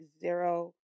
zero